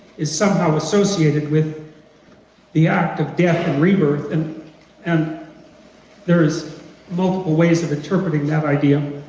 is somehow associated with the act of death and rebirth and and there's multiple ways of interpreting that idea,